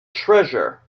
treasure